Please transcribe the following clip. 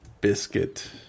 biscuit